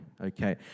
okay